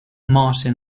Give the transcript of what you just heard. martin